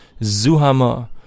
Zuhama